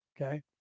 okay